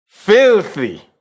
filthy